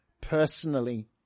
personally